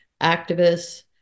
activists